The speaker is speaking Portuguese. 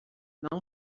não